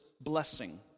blessing